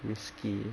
risky